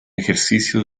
ejercicio